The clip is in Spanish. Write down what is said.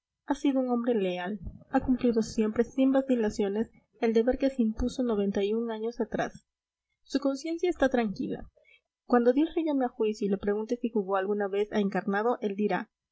ha sido un hombre leal ha cumplido siempre sin vacilaciones el deber que se impuso noventa y un años atrás su conciencia está tranquila cuando dios le llame a juicio y le pregunte si jugó alguna vez a encarnado él dirá